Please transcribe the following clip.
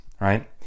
right